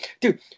dude